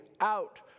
out